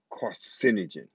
carcinogen